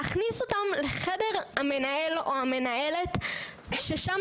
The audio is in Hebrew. להכניס אותן לחדר המנהל או המנהלת ששם